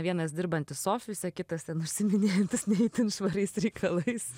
vienas dirbantis ofise kitas ten užsiiminėjantis ne itin švariais reikalais